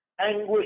anguish